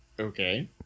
Okay